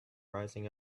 rising